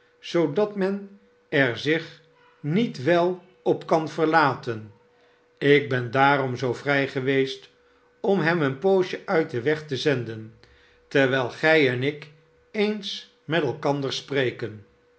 zoodat men er zich niet wel op kan verlaten ik ben daarom zoo vrij geweest om hem eenpoosje uit den weg te zenden terwijl gij en ik eens met elkander spreken